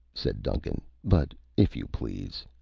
said duncan, but if you please